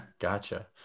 Gotcha